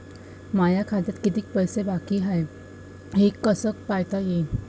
माया खात्यात कितीक पैसे बाकी हाय हे कस पायता येईन?